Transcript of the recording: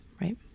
right